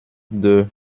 deux